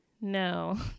no